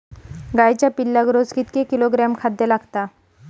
गाईच्या पिल्लाक रोज कितके किलोग्रॅम खाद्य लागता?